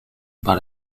par